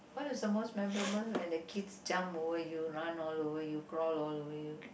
what does the most memorable when the kids jump over you run all over you crawl all over you